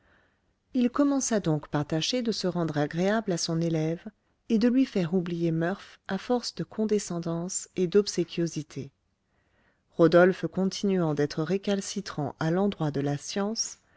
il commença donc par tâcher de se rendre agréable à son élève et de lui faire oublier murph à force de condescendance et d'obséquiosité rodolphe continuant d'être récalcitrant à l'endroit de la science